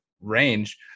range